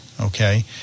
okay